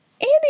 Andy